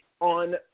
On